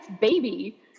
Baby